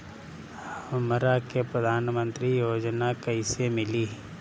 हमरा के प्रधानमंत्री योजना कईसे मिली?